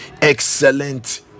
excellent